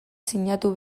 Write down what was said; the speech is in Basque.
sinatu